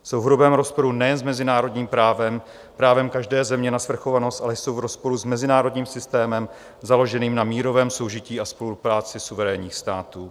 Jsou v hrubém rozporu nejen s mezinárodním právem, právem každé země na svrchovanost, ale jsou v rozporu s mezinárodním systémem založeným na mírovém soužití a spolupráci suverénních států.